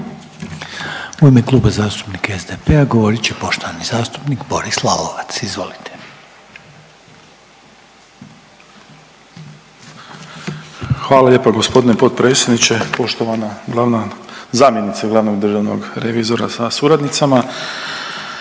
U ime Kluba zastupnika SDP-a govorit će poštovani zastupnik Boris Lalovac, izvolite. **Lalovac, Boris (SDP)** Hvala lijepa g. potpredsjedniče, poštovani glavna, zamjenice glavnog državnog revizora sa suradnicama.